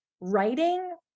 writing